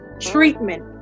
treatment